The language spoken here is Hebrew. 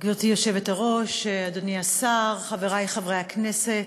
גברתי היושבת-ראש, אדוני השר, חברי חברי הכנסת,